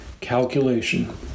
calculation